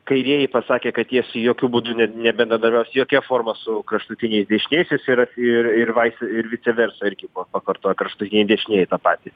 kairieji pasakė kad jis jokiu būdu ne nebendradarbiaus jokia forma su kraštutiniais dešiniaisiais ir ir ir vais ir vice versa irgi buvo pakartota kraštutiniai dešinieji patys